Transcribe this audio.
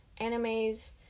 animes